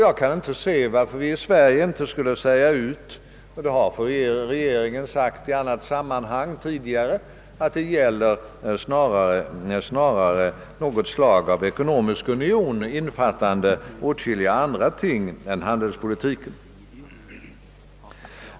Jag kan inte se varför vi inte skulle kunna säga ut — vilket ju regeringen gjort tidigare i annat sammanhang — att det snarast är fråga om något slags ekonomisk union, innefattande åtskilliga andra ting än handelspolitik.